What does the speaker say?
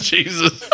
Jesus